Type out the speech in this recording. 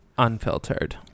Unfiltered